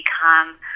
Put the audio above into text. become